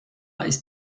ist